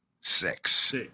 Six